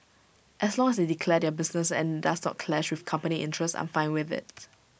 as long as they declare their business and IT does not clash with company interests I'm fine with IT